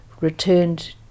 returned